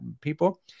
people